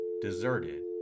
deserted